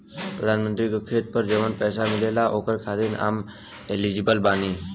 प्रधानमंत्री का खेत पर जवन पैसा मिलेगा ओकरा खातिन आम एलिजिबल बानी?